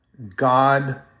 God